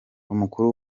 umukuru